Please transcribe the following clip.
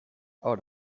out